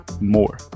more